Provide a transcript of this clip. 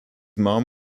mom